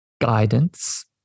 guidance